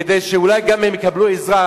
כדי שאולי גם הם יקבלו עזרה,